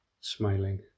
smiling